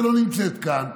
שלא נמצאת כאן,